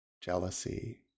jealousy